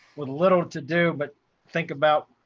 with little to do but think about,